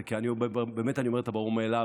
כי באמת אני אומר את הברור מאליו,